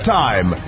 time